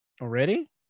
Already